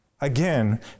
Again